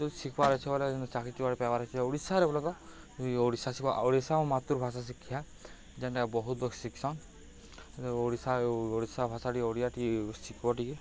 ଯଦି ଶିଖ୍ବାର ଅଛି ବଲେ ଚାକିରି କି ବେପାର ଅଛି ଓଡ଼ିଶାରେ ବଲେ ତ ଓଡ଼ିଶା ଶିଖ ଓଡ଼ିଶା ଓ ମାତୃଭାଷା ଶିକ୍ଷା ଯେନ୍ଟା ବହୁତ ଶିକ୍ଷନ୍ ଓଡ଼ିଶା ଓଡ଼ିଶା ଭାଷାଟି ଓଡ଼ିଆଟି ଶିଖିବ ଟିକେ